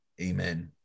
Amen